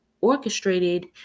orchestrated